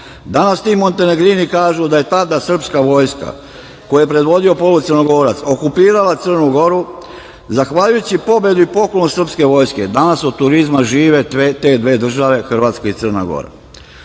Danas ti Montenegrini kažu da je tada srpska vojska koju je predvodio polu-Crnogorac okupirala Crnu Goru. Zahvaljujući pobedi i poklonu srpske vojske danas od turizma žive te dve države, Hrvatska i Crna Gora.U